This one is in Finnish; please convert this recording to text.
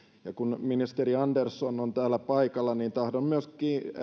ja kun ministeri andersson on täällä paikalla niin tahdon myös